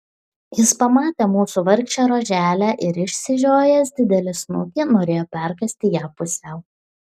jis pamatė mūsų vargšę roželę ir išžiojęs savo didelį snukį norėjo perkąsti ją pusiau